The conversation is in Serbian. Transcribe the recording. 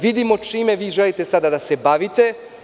Vidimo čime vi želite sada da se bavite.